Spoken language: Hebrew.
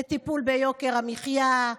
לטפל ביוקר המחיה,